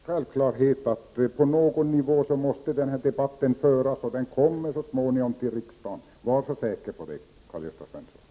Fru talman! Det är en självklarhet att den debatten måste föras på någon nivå. Så småningom kommer den till riksdagen. Var så säker på det, Karl Gösta Svenson.